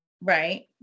right